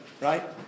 Right